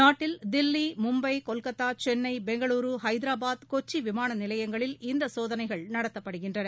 நாட்டில் தில்லி மும்பை கொல்கத்தா சென்னை பெங்களூரு ஹைதராபாத் கொச்சி விமான நிலையங்களில் இந்த சோதனைகள் நடத்தப்படுகின்றன